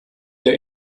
der